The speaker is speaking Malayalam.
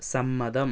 സമ്മതം